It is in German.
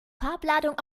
farbladung